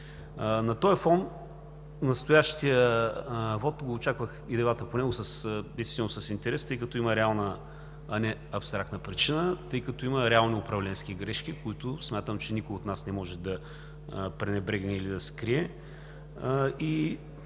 На този фон настоящия вот и дебата по него го очаквах действително с интерес, тъй като има реална, а не абстрактна причина, тъй като има реални управленски грешки, които смятам, че никой от нас не може да пренебрегне или да скрие.